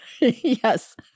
Yes